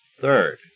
Third